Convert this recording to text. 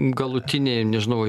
galutinei nežinau